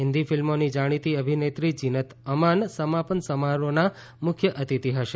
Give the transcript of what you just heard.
હિન્દી ફિલ્મોના જાણીતી અભિનેત્રી જિન્ત અમાન સમાપન સમારોહના મુખ્ય અતિથિ હશે